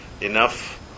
enough